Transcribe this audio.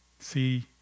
see